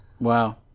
Wow